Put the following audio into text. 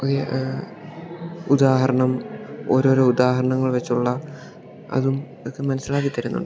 പുതിയ ഉദാഹരണം ഓരോരോ ഉദാഹരണങ്ങൾ വെച്ചുള്ള അതും ഒക്കെ മനസ്സിലാക്കി തരുന്നുണ്ട്